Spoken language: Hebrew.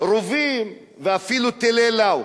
רובים ואפילו טילי "לאו".